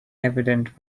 evident